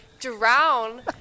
drown